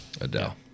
Adele